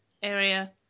area